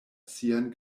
sian